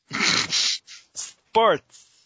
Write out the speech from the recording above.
Sports